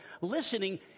listening